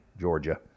Georgia